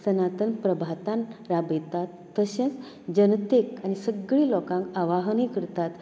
सनातन प्रभातान राबयतात तशेंच जनतेक आनी सगळी लोकांक आव्हाहनय करतात